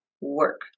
work